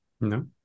No